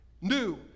new